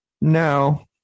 No